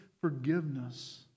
forgiveness